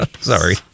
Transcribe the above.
Sorry